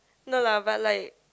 no lah but like